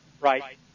right